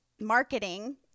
marketing